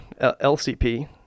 LCP